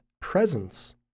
presence